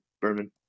Berman